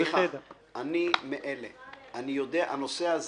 אין לי ספק שהנושא הזה